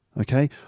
okay